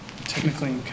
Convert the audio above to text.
Technically